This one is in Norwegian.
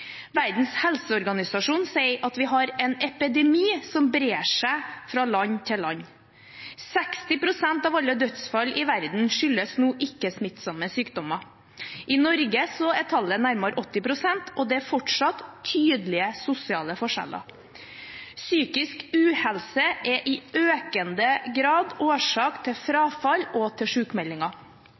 Verdens helseorganisasjon sier at vi har en epidemi som brer seg fra land til land. 60 pst. av alle dødsfall i verden skyldes nå ikke-smittsomme sykdommer. I Norge er tallet nærmere 80 pst., og det er fortsatt tydelige sosiale forskjeller. Psykisk u-helse er i økende grad årsak til frafall og til